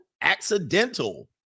accidental